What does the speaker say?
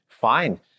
Fine